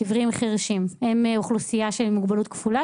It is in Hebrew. "עיוורים חירשים" זו אוכלוסייה של מוגבלות כפולה,